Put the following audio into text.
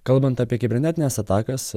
kalbant apie kibernetines atakas